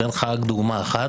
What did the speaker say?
אתן לך רק את דוגמה אחת.